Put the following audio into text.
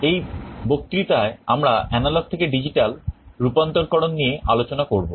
এই বক্তৃতায় আমরা এনালগ থেকে ডিজিটাল রূপান্তরকরণ নিয়ে আলোচনা করব